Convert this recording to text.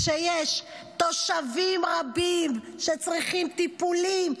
כשיש תושבים רבים שצריכים טיפולים.